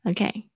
Okay